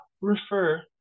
refer